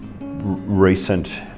recent